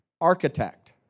architect